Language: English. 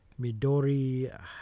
Midori